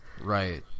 right